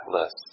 list